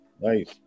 Nice